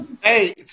Hey